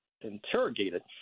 interrogated